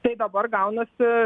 tai dabar gaunasi